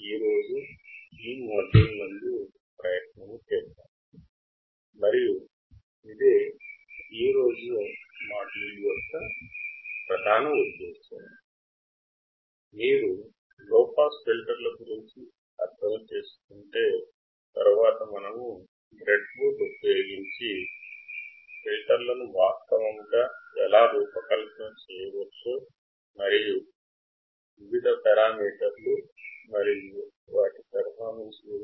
ఈ రోజు మాడ్యూల్ లో ఫిల్టర్ అంటే ఏమిటి మరియు లోపాస్ ఫిల్టర్ అంటే ఏమిటో మనం అర్థం చేసుకుందాము